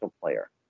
player